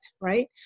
right